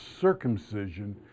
circumcision